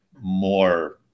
more